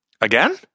Again